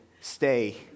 stay